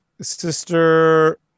Sister